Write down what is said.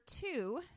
two